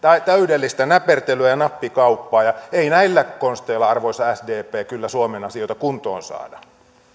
täydellistä näpertelyä ja nappikauppaa ei näillä konsteilla arvoisa sdp kyllä suomen asioita kuntoon saada